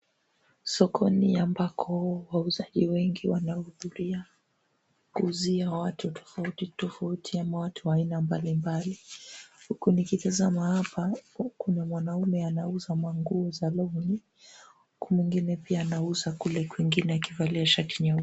Sokoni ambako wauzaji wengi wanahudhuria kuuzia watu tofauti tofauti ama watu wa aina mbali mbali. Huku nikitazama hapa kuna mwanaume anauza manguo za long'i huku mwingine anauza kule kwingine akivalia shati nyeupe.